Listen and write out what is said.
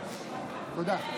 תודה.